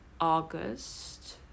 August